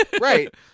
right